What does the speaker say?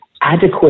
adequate